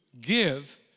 give